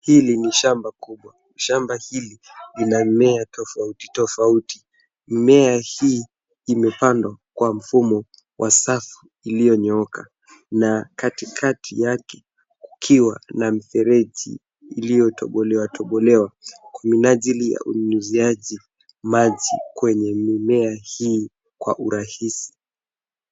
Hili ni shamba kubwa, shamba hili lina mimea tofauti, tofauti. Mimea hii imepandwa kwa mfumo wa safu iliyonyooka na katikati yake kukiwa na mfereji iliyo tobolewa tobolewa kwa minajili ya unyunyiziaji maji kwenye mimea hii kwa urahisi.